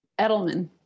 Edelman